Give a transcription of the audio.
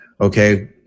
Okay